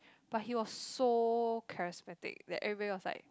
but he was so charismatic that everybody was like